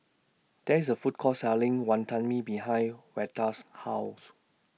There IS A Food Court Selling Wonton Mee behind Veda's House